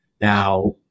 Now